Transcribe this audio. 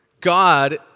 God